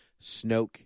Snoke